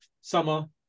Summer